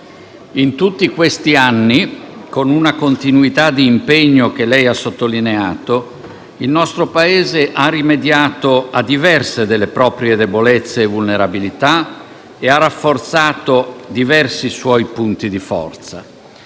ultimi anni, con una continuità di impegno che lei ha sottolineato, il nostro Paese ha rimediato a diverse delle proprie debolezze e vulnerabilità e rafforzato diversi suoi punti di forza.